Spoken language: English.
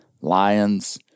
lions